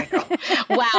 Wow